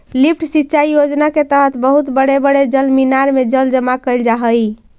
lift सिंचाई योजना के तहत बहुत बड़े बड़े जलमीनार में जल जमा कैल जा हई